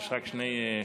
יש רק שני שואלים.